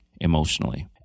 emotionally